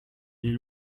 les